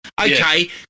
Okay